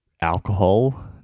alcohol